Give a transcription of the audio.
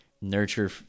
nurture